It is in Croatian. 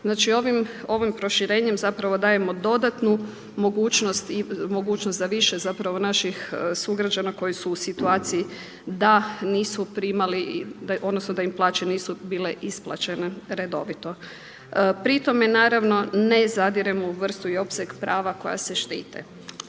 ovim proširenjem zapravo dajemo dodatnu mogućnost i mogućnost za više zapravo naših sugrađana koji su u situaciji da nisu primali, odnosno da im plaće nisu bile isplaćene redovito. Pri tome naravno ne zadiremo u vrstu i opseg prava koja se štite.